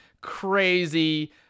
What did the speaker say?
crazy